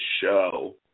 show